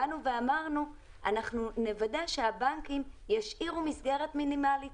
באנו ואמרנו שאנחנו נוודא שהבנקים ישאירו מסגרת מינימלית